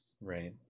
right